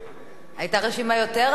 היתה רשימה יותר ארוכה,